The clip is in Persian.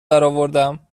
درآوردم